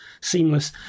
seamless